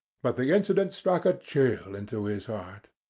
but the incident struck a chill into his heart.